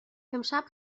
امشب